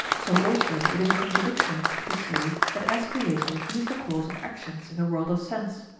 so also it is a contradiction to say that as creator he is the cause of actions in the world of sense,